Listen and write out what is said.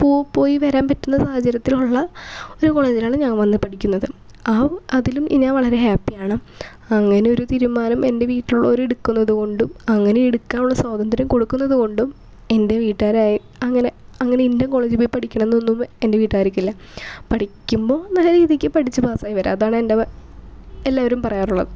പോയി വരാൻ പറ്റിയ സാഹചര്യത്തിലുള്ള ഒരു കോളേജിലാണ് ഞാൻ വന്ന് പഠിക്കുന്നത് ആ അതിലും ഞാൻ വളരെ ഹാപ്പിയാണ് അങ്ങനെ ഒരു തീരുമാനം എൻ്റെ വീട്ടിലുള്ളവർ എടുക്കുന്നത് കൊണ്ടും അങ്ങനെ എടുക്കാനുള്ള സ്വാതന്ത്ര്യം കൊടുക്കുന്നത് കൊണ്ടും എൻ്റെ വീട്ടുകാരായി അങ്ങനെ അങ്ങനെ ഇന്ന കോളേജിൽ പോയി പഠിക്കണമെന്നൊന്നും എൻ്റെ വീട്ടുകാർക്കില്ല പഠിക്കുമ്പോൾ നല്ല രീതിക്ക് പഠിച്ച് പാസ്സായി വരിക അതാണ് എൻ്റെ എല്ലാവരും പറയാറുള്ളത്